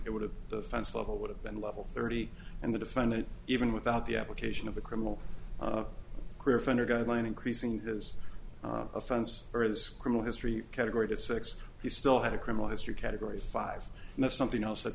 it would have the fence level would have been level thirty and the defendant even without the application of a criminal career offender guideline increasing his offense or as criminal history category to six he still had a criminal history category five and that's something else